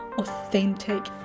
authentic